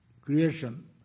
creation